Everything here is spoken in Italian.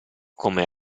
come